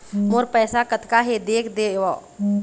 मोर पैसा कतका हे देख देव?